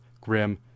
grim